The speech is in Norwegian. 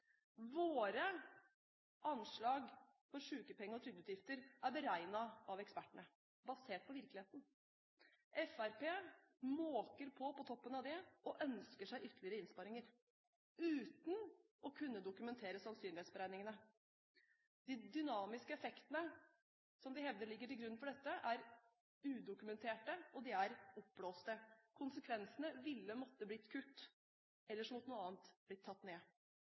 Våre anslag for sykepenge- og trygdeutgifter er beregnet av ekspertene, basert på virkeligheten. Fremskrittspartiet måker på på toppen av det og ønsker seg ytterligere innsparinger, uten å kunne dokumentere sannsynlighetsberegningene. De dynamiske effektene, som de hevder ligger til grunn for dette, er udokumenterte, og de er oppblåste. Konsekvensene ville måtte bli kutt, ellers måtte noe annet bli tatt ned.